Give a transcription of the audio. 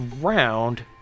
round